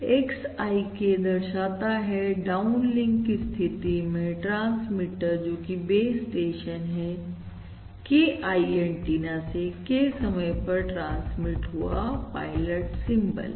X I K दर्शाता है downlink की स्थिति में ट्रांसमीटर जोकि बेस् स्टेशन है के I एंटीना से K समय पर ट्रांसमिट हुआ पायलट सिंबल